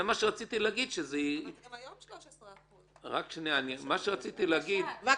גם היום זה 13%. בבקשה,